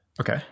okay